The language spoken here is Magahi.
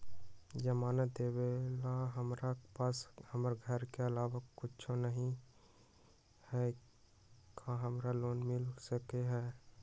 जमानत देवेला हमरा पास हमर घर के अलावा कुछो न ही का हमरा लोन मिल सकई ह?